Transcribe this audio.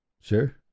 Sure